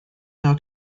how